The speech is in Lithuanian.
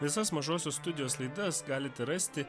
visas mažosios studijos laidas galite rasti